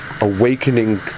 awakening